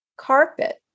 carpet